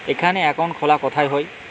এখানে অ্যাকাউন্ট খোলা কোথায় হয়?